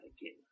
again